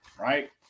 right